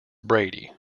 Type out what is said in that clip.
brandy